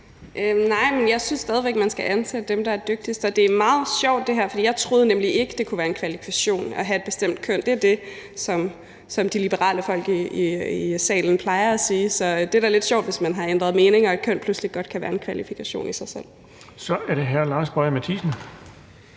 Nej, men jeg synes stadig væk, man skal ansætte dem, der er dygtigst. Og det er meget sjovt det her, for jeg troede nemlig ikke, det kunne være en kvalifikation at have et bestemt køn. Det er det, som de liberale folk i salen plejer at sige, så det er da lidt sjovt, hvis man har ændret mening og køn pludselig godt kan være en kvalifikation i sig selv. Kl. 14:12 Den fg. formand